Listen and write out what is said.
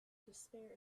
despair